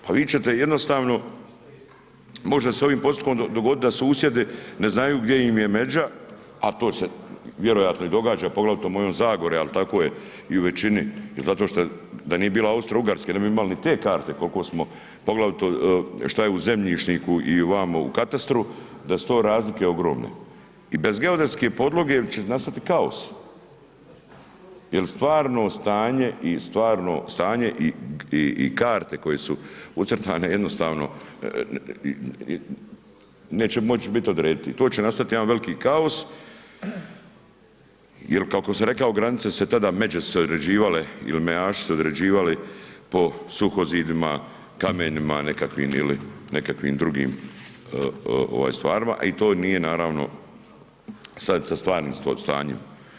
Pa vi ćete jednostavno, može se s ovim postupkom dogoditi da susjedi ne znaju gdje im je međa, a to se vjerojatno i događa, poglavito u mojoj Zagori, al tako je i u većini jel zato šta, da nije bilo Austro-Ugarske ne bi imali ni te karte kolko smo, poglavito šta je u zemišljniku i vamo u katastru, da su to razlike ogromne i bez geodetske podloge će nastati kaos jel stvarno stanje i stvarno stanje i karte koje su ucrtane jednostavno neće moć bit odrediti i to će nastati jedan veliki kaos jel kako sam rekao, granice su se tada, međe su se određivale ili mejaši su se određivali po suhozidima, kamenima nekakvim ili nekakvim drugim stvarima, a i to nije naravno sad sa stvarnim stanjem.